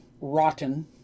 rotten